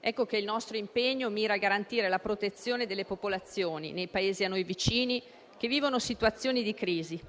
Pertanto il nostro impegno mira a garantire la protezione delle popolazioni nei Paesi a noi vicini, che vivono situazioni di crisi.